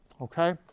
Okay